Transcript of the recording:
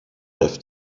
griff